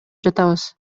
жатабыз